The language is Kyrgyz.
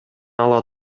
ала